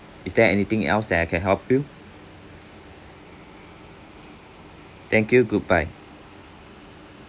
is there anything else that I can help you thank you goodbye